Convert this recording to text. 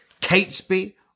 Catesby